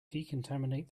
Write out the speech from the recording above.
decontaminate